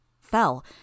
fell